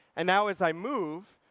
and now, as i move,